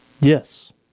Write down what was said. Yes